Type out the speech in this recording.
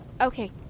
Okay